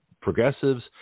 progressives